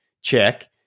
check